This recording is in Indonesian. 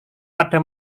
pada